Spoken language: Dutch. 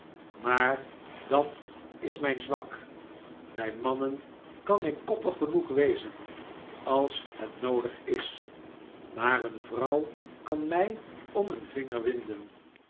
maar dat is mijn zwak bij mannen kan ik koppig genoeg wezen als het noodig is maar eene vrouw kan mij om een vinger winden